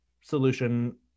solution